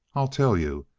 i'll tell you.